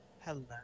Hello